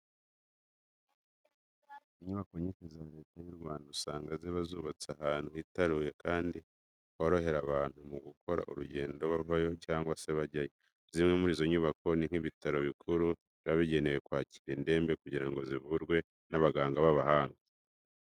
Inyubako nyinshi za Leta y'u Rwanda usanga ziba zubatse ahantu hitaruye kandi horohera abantu mu gukora urugendo bavayo cyangwa se bajyayo. Zimwe muri izi nyubako ni nk'ibitaro bikuru, biba bigenewe kwakira indembe kugira ngo zivurwe n'abaganga b'abahanga.